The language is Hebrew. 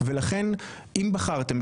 ולכן אם בחרתם,